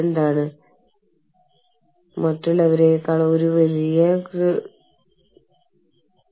അതിനാൽ ഇതും ഒരു പ്രശ്നമായി മാറിയേക്കാം